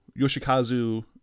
Yoshikazu